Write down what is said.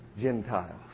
Gentiles